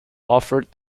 offered